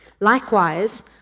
Likewise